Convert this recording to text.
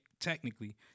technically